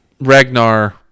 Ragnar